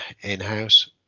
in-house